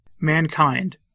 Mankind